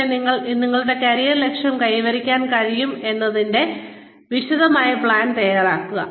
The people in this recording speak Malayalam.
പക്ഷേ എങ്ങനെ എപ്പോൾ നിങ്ങളുടെ കരിയർ ലക്ഷ്യം കൈവരിക്കാൻ കഴിയും എന്നതിന്റെ വിശദമായ പ്ലാൻ തയ്യാറാക്കുക